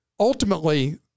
ultimately